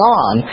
on